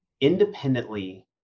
independently